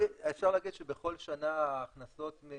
אפשר להגיד שבכל שנה ההכנסות מ